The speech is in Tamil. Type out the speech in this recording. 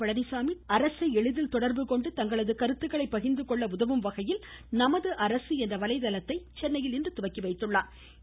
பழனிச்சாமி தமிழக மக்கள் அரசை எளிதில் தொடர்புகொண்டு தங்களது கருத்துக்களை பகிர்ந்துகொள்ள உதவும் வகையில் நமது அரசு என்ற வலைதளத்தை சென்னையில் இன்று துவக்கிவைத்தாா்